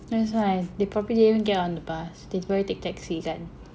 that's why they probaby don't get on the bus they probably take taxi kan